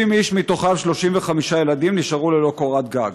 60 איש, מהם 35 ילדים, נשארו ללא קורת גג.